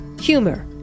Humor